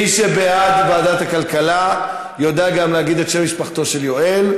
מי שבעד ועדת הכלכלה יודע גם להגיד את שם משפחתו של יואל,